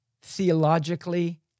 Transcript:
theologically